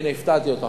הנה הפתעתי אותך,